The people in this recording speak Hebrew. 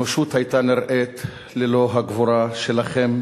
האנושות היתה נראית ללא הגבורה שלכם